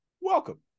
welcome